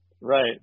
Right